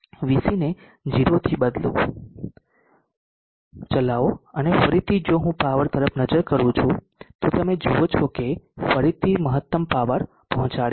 VC ને 0 થી બદલો ચલાવો અને ફરીથી જો હું પાવર તરફ નજર કરું છું તો તમે જુઓ છો કે તે ફરીથી મહત્તમ પાવર પહોંચાડે છે